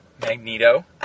Magneto